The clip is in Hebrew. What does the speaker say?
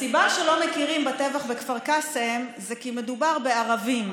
הסיבה שלא מכירים בטבח בכפר קאסם היא כי מדובר בערבים.